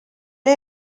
est